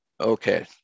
okay